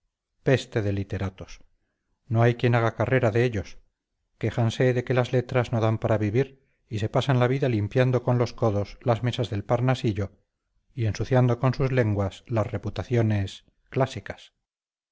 peste de literatos no hay quien haga carrera de ellos quéjanse de que las letras no dan para vivir y se pasan la vida limpiando con los codos las mesas del parnasillo y ensuciando con sus lenguas las reputaciones clásicas